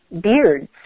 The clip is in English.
beards